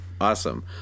Awesome